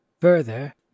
further